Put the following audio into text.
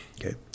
Okay